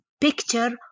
picture